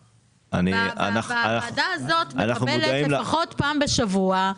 הוועדה הזאת מקבלת לפחות פעם בשבוע,